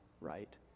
right